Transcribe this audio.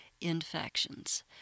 infections